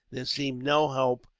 there seemed no hope,